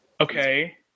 Okay